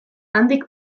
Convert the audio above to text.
handik